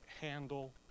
handle